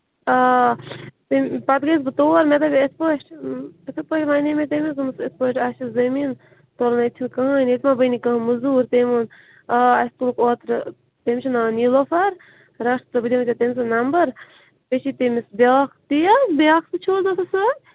آ پَتہٕ گٔیَس بہٕ تور مےٚ دوٚپ یِتھٕ پٲٹھۍ تِتھٕے پٲٹھۍ وَنٮ۪و مےٚ تٔمِس اَسہِ چھِ زٔمیٖن تُلٕنۍ ییٚتہِ چھُنہٕ کٔہیٖنٛۍ ییٚتہِ ما بَنہِ کانٛہہ موٚزوٗر تٔمۍ ووٚن آ اَسہِ تُلُکھ اوترٕ تٔمِس چھُ ناو نِلوفر رَٹھ ژٕ بہٕ دِمے ژےٚ تٔمۍ سُنٛد نَمبر بیٚیہِ چھِی تٔمِس بیٛاکھ تہِ حظ بیٛاکھ تہِ چھَوٕ حظ آسان سۭتۍ